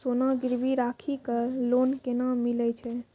सोना गिरवी राखी कऽ लोन केना मिलै छै?